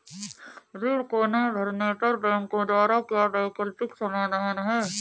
ऋण को ना भरने पर बैंकों द्वारा क्या वैकल्पिक समाधान हैं?